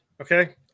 Okay